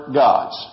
gods